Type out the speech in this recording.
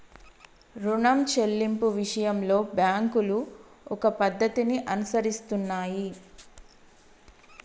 రుణం చెల్లింపు విషయంలో బ్యాంకులు ఒక పద్ధతిని అనుసరిస్తున్నాయి